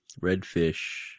Redfish